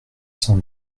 cent